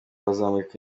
bazamurika